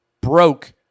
broke